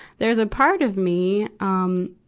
there's a part of me, um,